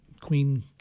Queen